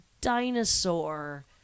dinosaur